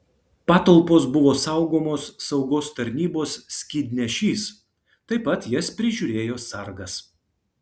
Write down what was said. patalpos buvo saugomos saugos tarnybos skydnešys taip pat jas prižiūrėjo sargas